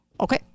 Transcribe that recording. Okay